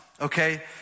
okay